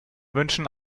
wünschen